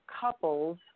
couples